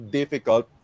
difficult